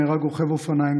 נהרג רוכב אופניים,